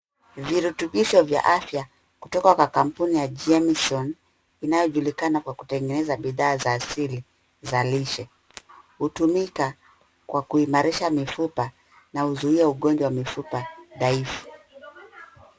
Virutibisho vya afya kutoka kampuni ya Jemieson inayojulikana kwa kutengeneza bidhaa za asili za lishe. Hutumika kwa kuimarisha mifupa na uzuio wa ugonjwa wa mifupa dhaifu.